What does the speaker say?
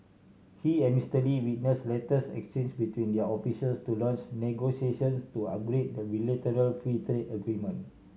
he and Mister Lee witnessed letters exchanged between their officials to launch negotiations to upgrade the bilateral free trade agreement